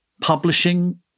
publishing